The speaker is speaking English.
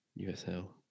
USL